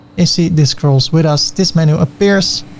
you see this scrolls with us. this menu appears,